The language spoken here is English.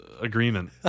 agreement